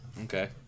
Okay